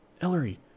Ellery